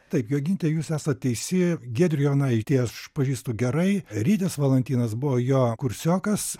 taip joginte jūs esat teisi giedrių jonaitį aš pažįstu gerai rytis valantinas buvo jo kursiokas